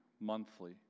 monthly